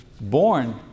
born